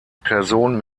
person